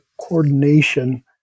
coordination